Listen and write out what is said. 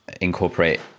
incorporate